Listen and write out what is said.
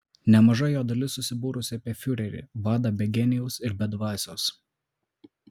nemaža jo dalis susibūrusi apie fiurerį vadą be genijaus ir ir be dvasios